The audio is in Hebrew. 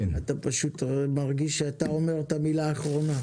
אתה פשוט מרגיש שאתה אומר את המילה האחרונה.